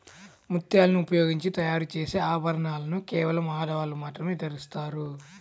ముత్యాలను ఉపయోగించి తయారు చేసే ఆభరణాలను కేవలం ఆడవాళ్ళు మాత్రమే ధరిస్తారు